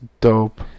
dope